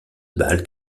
bal